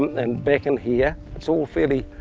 and back in here. it's all fairly,